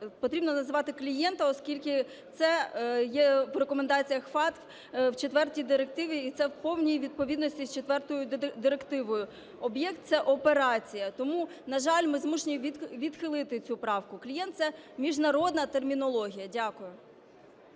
потрібно називати клієнта, оскільки це є в рекомендаціях FATF в четвертій Директиві, і це в повній відповідності з четвертою Директивою. Об'єкт – це операція, тому, на жаль, ми змушені відхилити цю правку. Клієнт – це міжнародна термінологія. Дякую.